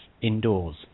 indoors